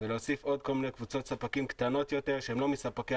ולהוסיף עוד כל מיני קבוצות ספקים קטנות יותר שהם לא מספקי